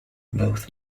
both